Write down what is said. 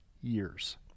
years